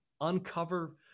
uncover